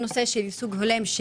שהיא בנושא ייצוג הולם,